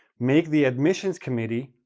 make the admissions committee,